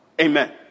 amen